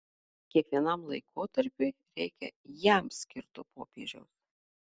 kiekvienam laikotarpiui reikia jam skirto popiežiaus